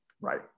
Right